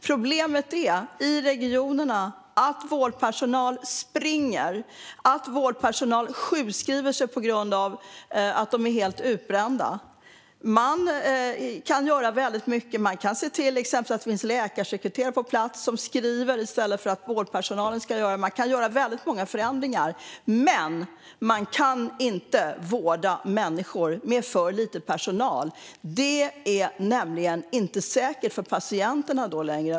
Problemet i regionerna är att vårdpersonal springer och att vårdpersonal sjukskriver sig på grund av att de är helt utbrända. Man kan göra väldigt mycket. Man kan till exempel se till att det finns läkarsekreterare på plats som skriver i stället för att vårdpersonalen ska göra det. Man kan göra väldigt många förändringar. Men man kan inte vårda människor med för lite personal. Det är nämligen inte längre säkert för patienterna.